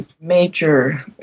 major